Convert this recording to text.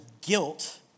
guilt